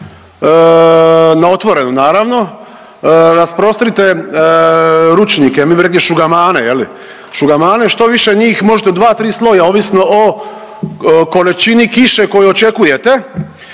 na otvorenom naravno rasprostrite ručnike, mi bi rekli šugamane je li šugamane, što više njih, možete u 2-3 sloja ovisno o količini kiše koju očekujete